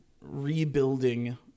rebuilding